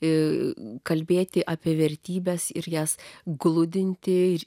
ir kalbėti apie vertybes ir jas glūdinti ir